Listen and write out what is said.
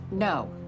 No